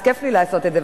אז כיף לי לעשות את זה,